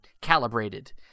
calibrated